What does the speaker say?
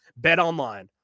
BetOnline